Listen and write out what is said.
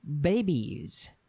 babies